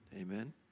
Amen